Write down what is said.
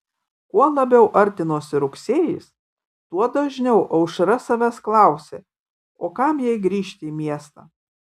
kuo labiau artinosi rugsėjis tuo dažniau aušra savęs klausė o kam jai grįžti į miestą